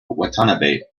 watanabe